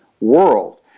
world